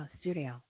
studio